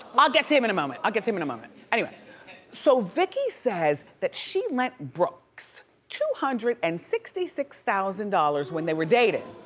i'll get to him in a moment. i'll get to him in a moment. so vicki says that she lent brooks two hundred and sixty six thousand dollars when they were dating,